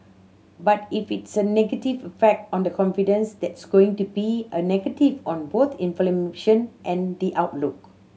but if it's a negative effect on the confidence that's going to be a negative on both and the outlook